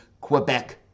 quebec